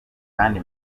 kandi